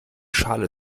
schale